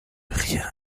rien